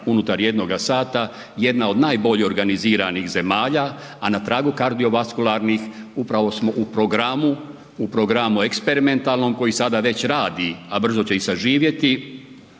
unutar jednoga sata, jedna od najbolje organiziranih zemalja a na tragu kardiovaskularnih, upravo smo u programu eksperimentalnom koji sada već radi a brzo će i zaživjeti,